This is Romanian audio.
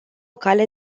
cale